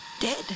dead